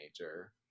major